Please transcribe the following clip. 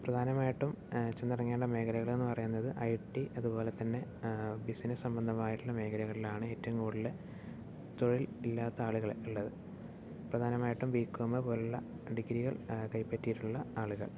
പ്രധാനമായിട്ടും ചെന്ന് ഇറങ്ങേണ്ട മേഖലളെന്ന് പറയുന്നത് ഐടി അതുപോലെതന്നെ ബിസിനസ്സ് സംബന്ധമായിട്ടുള്ള മേഖലകളിലാണ് ഏറ്റവും കൂടുതല് തൊഴിൽ ഇല്ലാത്ത ആളുകൾ ഉള്ളത് പ്രധാനമായിട്ടും ബികോമ് പോലുള്ള ഡിഗ്രികൾ കൈപ്പറ്റിയിട്ടുള്ള ആളുകൾ